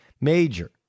Major